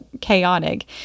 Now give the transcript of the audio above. chaotic